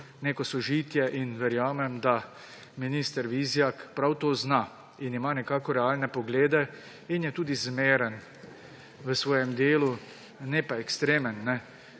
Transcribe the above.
neko sožitje in verjamem, da minister Vizjak prav to zna in ima nekako realne poglede in je tudi zmeren v svojem delu, ne pa ekstremen.